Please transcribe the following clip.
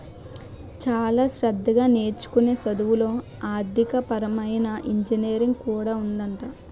చాలా శ్రద్ధగా నేర్చుకునే చదువుల్లో ఆర్థికపరమైన ఇంజనీరింగ్ కూడా ఉందట